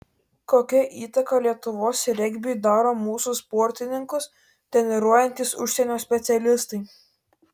kokią įtaką lietuvos regbiui daro mūsų sportininkus treniruojantys užsienio specialistai